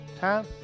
Time